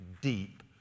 deep